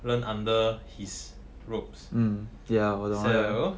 learn under his robes and so